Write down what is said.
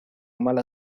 mala